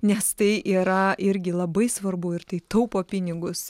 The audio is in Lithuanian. nes tai yra irgi labai svarbu ir tai taupo pinigus